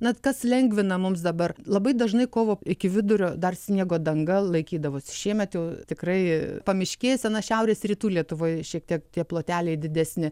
na kas lengvina mums dabar labai dažnai kovo iki vidurio dar sniego danga laikydavosi šiemet jau tikrai pamiškėse na šiaurės rytų lietuvoje šiek tiek tie ploteliai didesni